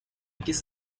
kiss